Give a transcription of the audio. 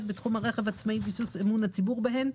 בתחום הרכב העצמאי וביסוס אמון הציבור בהן.